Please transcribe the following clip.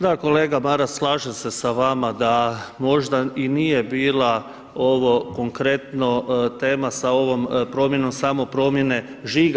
Da kolega Maras, slažem se sa vama da možda i nije bila ovo konkretno tema sa ovom promjenom samo promjene žiga.